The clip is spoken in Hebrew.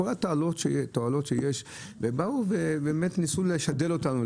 כל התועלות ובאו ובאמת ניסו לשדל אותנו,